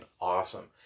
awesome